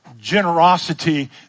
Generosity